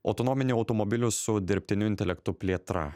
autonominių automobilių su dirbtiniu intelektu plėtra